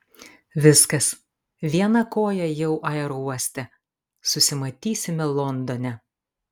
viskas viena koja jau aerouoste susimatysime londone